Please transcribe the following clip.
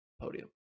podium